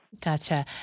Gotcha